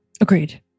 Agreed